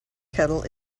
kettle